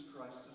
Christ